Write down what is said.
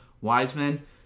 Wiseman